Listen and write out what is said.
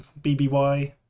BBY